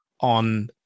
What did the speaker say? on